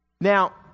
Now